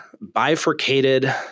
bifurcated